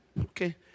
Okay